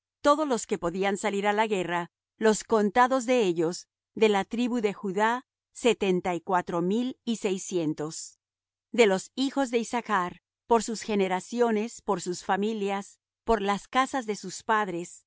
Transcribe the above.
todos los que podían salir á la guerra los contados de ellos de la tribu de judá setenta y cuatro mil y seiscientos de los hijos de issachr por sus generaciones por sus familias por las casas de sus padres